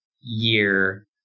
year